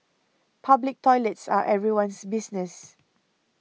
public toilets are everyone's business